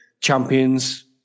champions